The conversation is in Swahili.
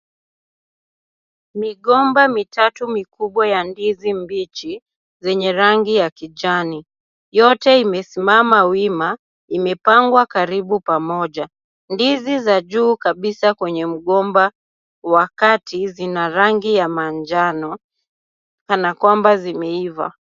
Migomba mitatu mikubwa ya ndizi mbichi zenye rangi za kijani yote imesimama wima imepangwa karibu pamoja ndizi za juu kabisa kwenye mgomba wa kati zina rangi ya manjano kana kwamba zimeifa.